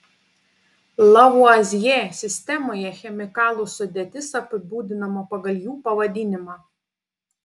lavuazjė sistemoje chemikalų sudėtis apibūdinama pagal jų pavadinimą